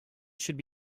should